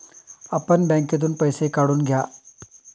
आपण बँकेतून पैसे काढून घ्या